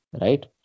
Right